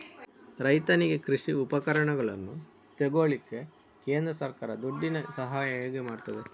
ರೈತನಿಗೆ ಕೃಷಿ ಉಪಕರಣಗಳನ್ನು ತೆಗೊಳ್ಳಿಕ್ಕೆ ಕೇಂದ್ರ ಸರ್ಕಾರ ದುಡ್ಡಿನ ಸಹಾಯ ಹೇಗೆ ಮಾಡ್ತದೆ?